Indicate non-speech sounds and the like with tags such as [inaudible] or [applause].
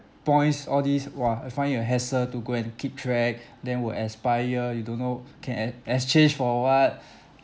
points all these !wah! I find it a hassle to go and keep track then would expire you don't know can ex~ exchange for what [breath]